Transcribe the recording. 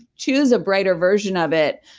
choose a brighter version of it.